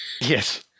Yes